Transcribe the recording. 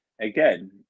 again